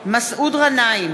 מסעוד גנאים,